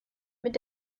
mit